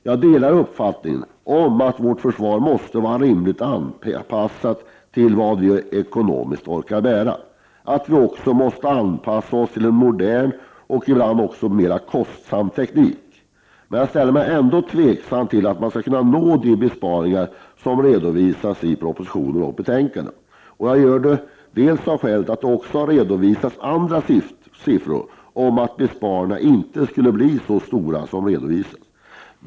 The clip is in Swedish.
Jag delar uppfattningen att vårt försvar måste vara rimligt anpassat till vad vi ekonomiskt orkar bära. Vi måste också anpassa oss till en modern och ibland mera kostsam teknik. Jag ställer mig ändå tveksam till att man skulle kunna nå de besparingar som har redovisats i propositionen och betänkandet. Det har nämligen redovisats andra siffror på att besparingarna inte skulle bli så stora som redovisats.